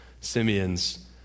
Simeon's